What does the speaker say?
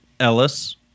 ellis